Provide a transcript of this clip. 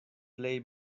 plej